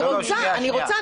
אני רוצה.